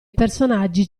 personaggi